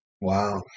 Wow